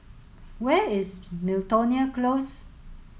where is Miltonia Close